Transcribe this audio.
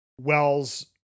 Wells